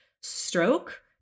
stroke